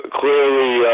clearly